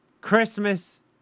Christmas